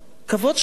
הכבוד שלו.